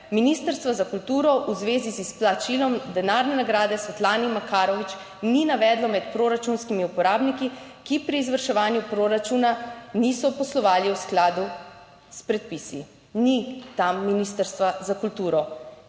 Ministrstvo za kulturo v zvezi z izplačilom denarne nagrade Svetlani Makarovič ni navedlo med proračunskimi uporabniki, ki pri izvrševanju proračuna niso poslovali v skladu s predpisi. Ni tam ministrstva za kulturo.